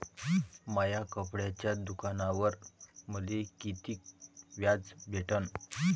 माया कपड्याच्या दुकानावर मले कितीक व्याज भेटन?